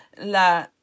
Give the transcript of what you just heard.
La